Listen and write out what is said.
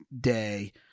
day